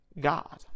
God